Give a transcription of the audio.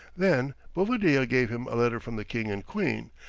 then bovadilla gave him a letter from the king and queen,